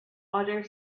other